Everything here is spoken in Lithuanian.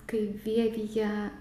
kai vievyje